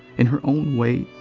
in her own way,